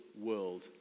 world